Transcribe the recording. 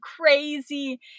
crazy